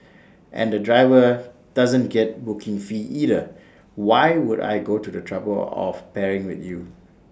and the driver doesn't get booking fee either why would I go to the trouble of pairing with you